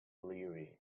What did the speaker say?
leary